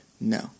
No